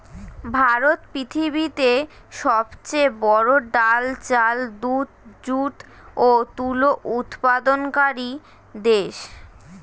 ভারত পৃথিবীতে সবচেয়ে বড়ো ডাল, চাল, দুধ, যুট ও তুলো উৎপাদনকারী দেশ